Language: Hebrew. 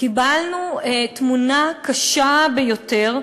קיבלנו תמונה קשה ביותר,